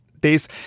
days